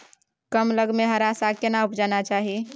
कम लग में हरा साग केना उपजाना चाही?